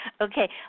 Okay